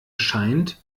scheint